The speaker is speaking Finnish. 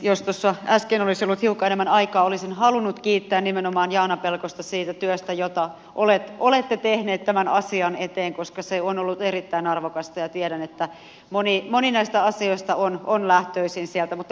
jos tuossa äsken olisi ollut hiukan enemmän aikaa olisin halunnut kiittää nimenomaan jaana pelkosta siitä työstä jota olette tehnyt tämän asian eteen koska se on ollut erittäin arvokasta ja tiedän että moni näistä asioista on lähtöisin sieltä mutta loppui aika